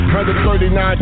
139